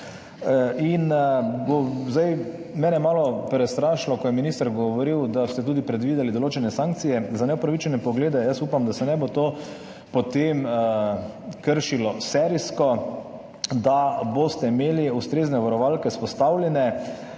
in bo…, zdaj, mene je malo prestrašilo, ko je minister govoril, da ste tudi predvideli določene sankcije za neupravičene poglede. Jaz upam, da se ne bo to potem kršilo serijsko, da boste imeli ustrezne varovalke vzpostavljene.